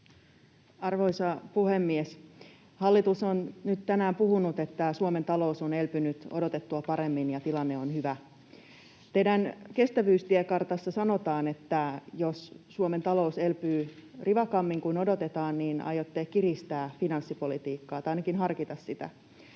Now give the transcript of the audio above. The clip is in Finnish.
Arvoisa puhemies! Hallitus on nyt tänään puhunut, että Suomen talous on elpynyt odotettua paremmin ja tilanne on hyvä. Teidän kestävyystiekartassanne sanotaan, että jos Suomen talous elpyy rivakammin kuin odotetaan, niin aiotte kiristää finanssipolitiikkaa tai ainakin harkita sitä.